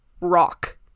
rock